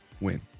win